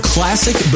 Classic